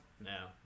No